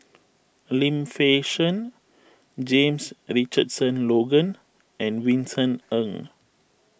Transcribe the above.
Lim Fei Shen James Richardson Logan and Vincent Ng